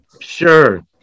sure